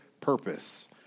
purpose